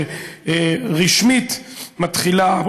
שרשמית מתחילה,